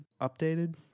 updated